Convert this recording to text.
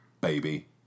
baby